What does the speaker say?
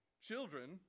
Children